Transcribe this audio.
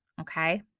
Okay